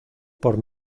por